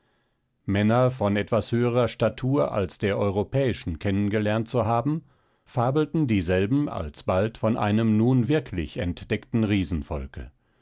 männer von etwas höherer statur als der europäischen kennen gelernt zu haben fabelten dieselben alsbald von einem nun wirklich entdeckten